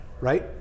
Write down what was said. right